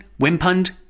wimpund